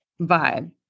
vibe